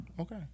Okay